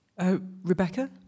Rebecca